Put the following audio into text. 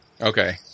Okay